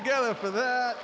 together for th